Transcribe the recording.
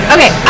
Okay